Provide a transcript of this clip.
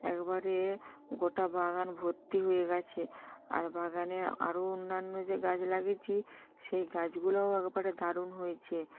একবারে গোটা বাগান ভর্তি হয়ে গেছে আর বাগানে আরো অন্যান্য যে গাছ লাগিয়েছি সেই গাছগুলোও একবারে দারুণ হয়েছে